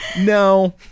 no